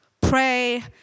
pray